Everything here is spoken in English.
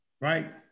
right